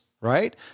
right